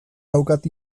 daukat